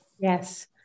Yes